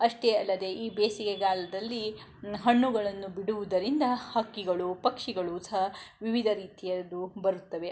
ಅಷ್ಟೇ ಅಲ್ಲದೆ ಈ ಬೇಸಿಗೆಗಾಲದಲ್ಲಿ ಹಣ್ಣುಗಳನ್ನು ಬಿಡುವುದರಿಂದ ಹಕ್ಕಿಗಳು ಪಕ್ಷಿಗಳು ಸಹ ವಿವಿಧ ರೀತಿಯದು ಬರುತ್ತವೆ